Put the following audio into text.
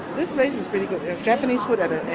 this place is very good for japanese food.